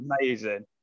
amazing